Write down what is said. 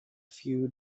few